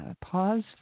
pause